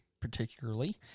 particularly